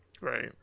right